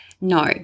No